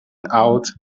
out